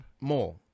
More